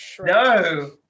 No